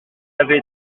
avait